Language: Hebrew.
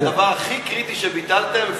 זה הדבר הכי קריטי שביטלתם.